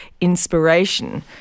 inspiration